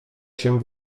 się